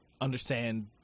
understand